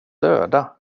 döda